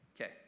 Okay